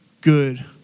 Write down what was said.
good